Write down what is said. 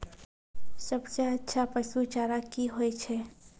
सबसे अच्छा पसु चारा की होय छै?